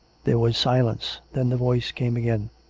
there was silence. then the voice came again.